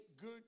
good